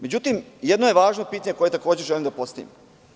Međutim, jedno je važno pitanje koje takođe želim da postavim.